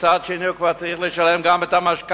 ומצד שני הם כבר צריכים לשלם את המשכנתה